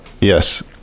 Yes